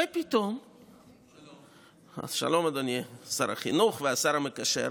ופתאום, שלום, אדוני שר החינוך והשר המקשר,